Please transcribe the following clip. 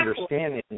understanding